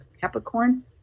Capricorn